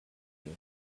here